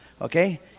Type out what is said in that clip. Okay